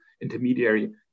intermediary